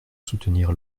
soutenir